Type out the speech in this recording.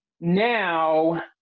Now